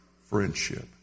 friendship